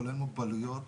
כולל מוגבלויות,